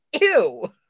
Ew